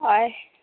हय